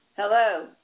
Hello